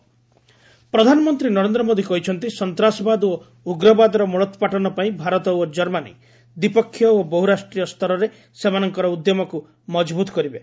Merkel India visit ପ୍ରଧାନମନ୍ତ୍ରୀ ନରେନ୍ଦ୍ର ମୋଦୀ କହିଛନ୍ତି ସନ୍ତାସବାଦ ଓ ଉଗ୍ରବାଦର ମୂଳୋତ୍ପାଟନ ପାଇଁ ଭାରତ ଓ କର୍ମାନୀ ଦ୍ୱିପକ୍ଷିୟ ଓ ବହୁ ରାଷ୍ଟ୍ରୀୟ ସ୍ତରରେ ସେମାନଙ୍କର ଉଦ୍ୟମକୁ ମଜବୁତ କରିବେ